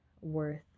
worth